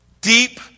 deep